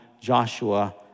Joshua